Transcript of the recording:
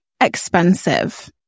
expensive